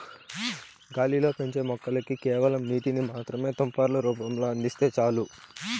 గాలిలో పెంచే మొక్కలకి కేవలం నీటిని మాత్రమే తుంపర్ల రూపంలో అందిస్తే చాలు